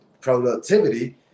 productivity